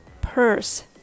purse